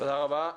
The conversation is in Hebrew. תודה רבה,